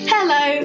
Hello